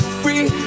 free